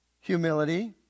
humility